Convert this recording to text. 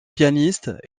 pianiste